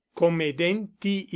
comedenti